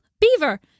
Beaver